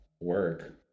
work